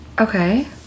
Okay